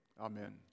Amen